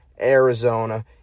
Arizona